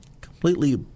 completely